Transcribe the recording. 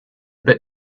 bit